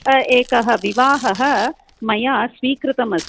एकः विवाहः मया स्वीकृतः अस्ति